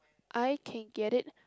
I can get it